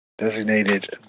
designated